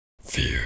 Fear